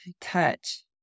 touch